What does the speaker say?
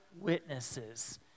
witnesses